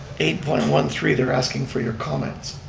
eight point one three they're asking for your comments.